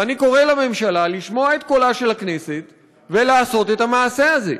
ואני קורא לממשלה לשמוע את קולה של הכנסת ולעשות את המעשה הזה.